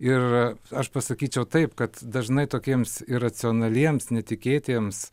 ir aš pasakyčiau taip kad dažnai tokiems iracionaliems netikėtiems